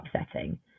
upsetting